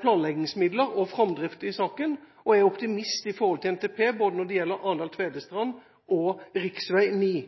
planleggingsmidler og framdrift i saken. Jeg er optimist når det gjelder NTP både når det gjelder Arendal–Tvedestrand og rv.